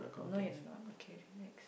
no you're not okay relax